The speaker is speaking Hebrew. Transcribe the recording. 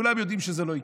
כולם יודעים שזה לא יקרה.